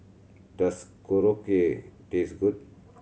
does Korokke taste good